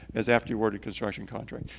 as after you've ordered construction contract.